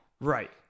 Right